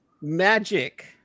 Magic